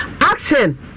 Action